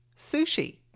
Sushi